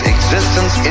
existence